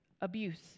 Abuse